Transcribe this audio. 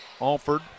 Alford